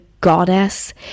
goddess